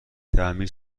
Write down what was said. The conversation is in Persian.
تعمیر